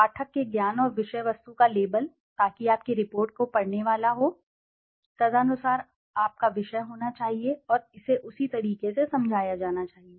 पाठक के ज्ञान और विषय वस्तु का लेबल ताकि आपकी रिपोर्ट को पढ़ने वाला हो तदनुसार आपका विषय होना चाहिए और इसे उसी तरीके से समझाया जाना चाहिए